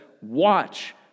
watch